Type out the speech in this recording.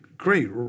great